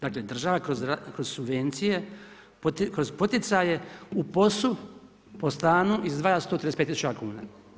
Dakle, država kroz subvencije, kroz poticaje u POS-u po stanu izdvaja 135 000 kuna.